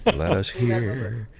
but let us hear,